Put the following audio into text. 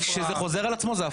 כשזה חוזר על עצמו זה הפרעה.